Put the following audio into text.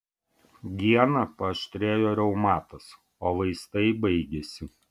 dieną paaštrėjo reumatas o vaistai baigėsi